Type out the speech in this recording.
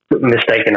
mistaken